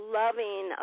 loving